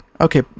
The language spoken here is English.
okay